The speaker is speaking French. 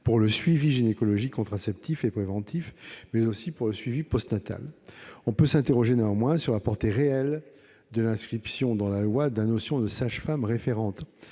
pour le suivi gynécologique, contraceptif et préventif, mais aussi pour le suivi postnatal. On peut néanmoins s'interroger sur la portée réelle de l'inscription dans la loi de la notion de sage-femme « référente